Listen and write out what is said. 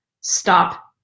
Stop